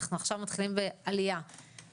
אנחנו עכשיו מתחילים בעלייה מעריכית